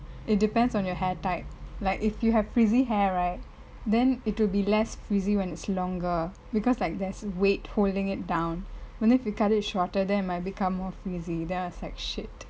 it depends on your hair type like if you have frizzy hair right then it will be less frizzy when it's longer because like there's a weight holding it down but if you cut it shorter then it might become more frizzy then I was like shit